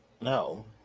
No